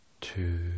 two